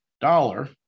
dollar